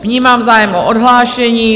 Vnímám zájem o odhlášení.